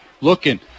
looking